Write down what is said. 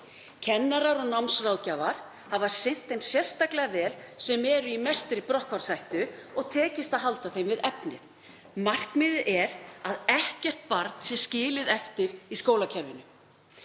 Kennarar og námsráðgjafar hafa sinnt þeim sérstaklega vel sem eru í mestri brotthvarfshættu og tekist að halda þeim við efnið. Markmiðið er að ekkert barn sé skilið eftir í skólakerfinu.